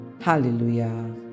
Hallelujah